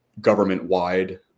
government-wide